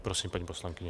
Prosím, paní poslankyně.